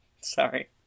Sorry